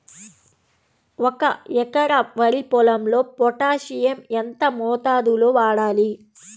ఒక ఎకరా వరి పొలంలో పోటాషియం ఎంత మోతాదులో వాడాలి?